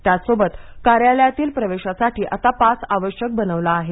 त्याच सोबत कार्यालयातील प्रवेशासाठी आता पास आवश्यक बनवला आहे